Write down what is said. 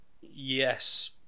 yes